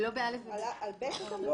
על (ב) אתה מדבר?